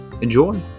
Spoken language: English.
enjoy